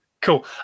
Cool